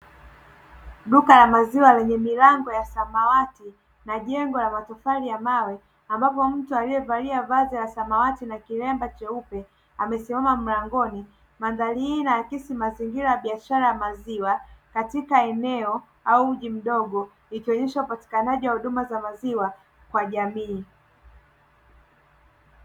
Duka la maziwa lenye milango ya samawati na jengo la matofali ya mawe, ambapo mtu aliyevalia vazi la samawati na kilemba cheupe amesimama mlangoni. Mandhari hii inaakisi mazingira ya biashara ya maziwa katika eneo au mji mdogo, ikionyesha upatikanaji wa huduma za maziwa kwa jamii.